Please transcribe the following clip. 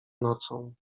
nocą